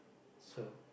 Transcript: so